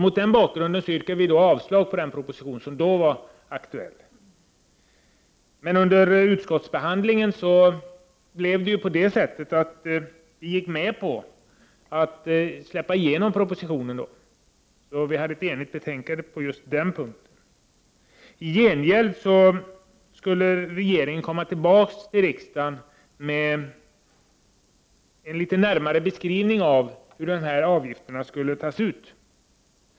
Mot denna bakgrund ville centerpartiet yrka avslag på den proposition som då var aktuell. Men under utskottsbehandlingen gick vi med på att släppa igenom propositionen, och på den punkten var utskottet enigt. I gengäld skulle regeringen komma tillbaka till riksdagen med en närmare beskrivning av hur avgiften skulle tas ut.